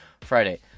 Friday